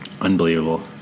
unbelievable